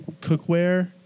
cookware